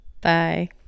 Bye